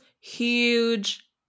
huge